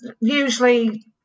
usually